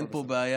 אין פה בעיה.